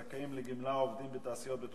(תשלום תגמולים למשרתים במילואים באמצעות מעביד),